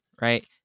right